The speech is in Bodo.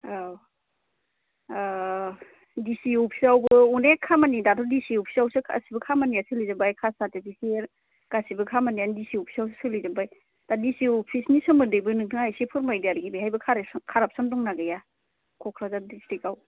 औ डि सि अफिसयावबो अनेख खामानि दाथ' डि सि अफिसयावबो गासिबो खामानिया सोलिजोबबाय खाष्ट सारतिफिकेत गासिबो खामानियानो डि सि अफिसावसो सोलिजोबबाय दा डि सि अफिसनि समोन्दैबो नोंथाङा एसे फोरमायदो आरो बेवहायबो कारापसन दंना गैया क'क्राझार दिसथ्रिकयाव